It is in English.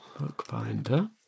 Bookbinder